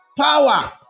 power